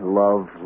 love